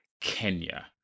Kenya